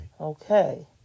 Okay